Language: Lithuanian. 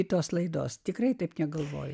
kitos laidos tikrai taip negalvoju